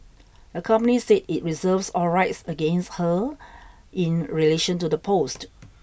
the company said it reserves all rights against her in relation to the post